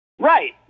Right